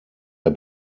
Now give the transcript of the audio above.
der